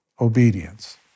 obedience